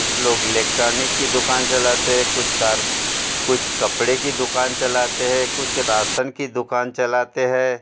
कुछ लोग इलेकटॉर्निक की दुकान चलाते हैं कुछ कार कुछ कपड़े की दुकान चलाते हैं कुछ राशन की दुकान चलाते हैं